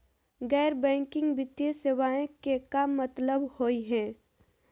गैर बैंकिंग वित्तीय सेवाएं के का मतलब होई हे?